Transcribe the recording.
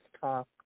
Talk